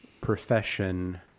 profession